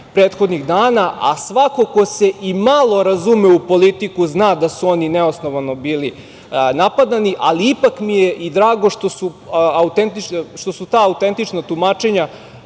prethodnih dana, a svako ko se i malo razume u politiku zna da se su oni neosnovano bili napadani, ali ipak mi je i drago što su ta autentična tumačenja